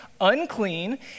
unclean